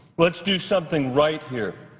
let's do something right here.